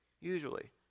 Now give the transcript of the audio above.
usually